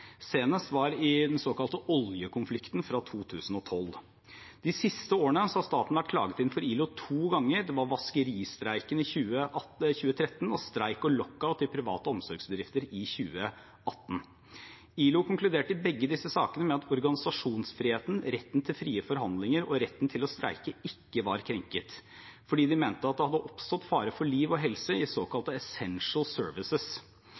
Senest var det i den såkalte oljekonflikten i 2012. De seneste årene har staten vært klaget inn for ILO to ganger, det var vaskeristreiken i 2013 og streik og lockout i private omsorgsbedrifter i 2018. ILO konkluderte i begge disse sakene med at organisasjonsfriheten, retten til frie forhandlinger og retten til å streike ikke var krenket, fordi de mente at det hadde oppstått fare for liv og helse i «essential services».